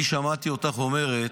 אני שמעתי אותך אומרת,